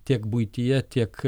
tiek buityje tiek